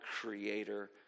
creator